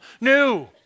new